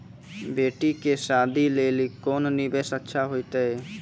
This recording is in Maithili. बेटी के शादी लेली कोंन निवेश अच्छा होइतै?